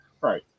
Right